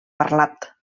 parlat